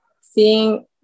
seeing